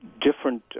Different